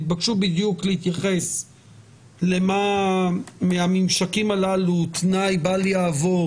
יתבקשו להתייחס בדיוק למה מהממשקים האלה הוא תנאי בל-יעבור